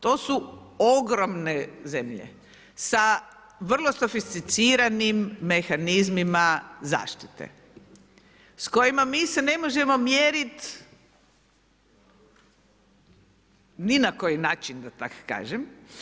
To su ogromne zemlje sa vrlo sofisticiranim mehanizmima zaštite s kojima mi se ne možemo mjeriti ni na koji način, da tako kažem.